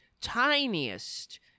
tiniest